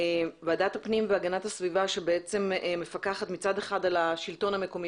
ועדת הפנים והגנת הסביבה שמצד אחד מפקחת על השלטון המקומי